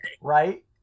right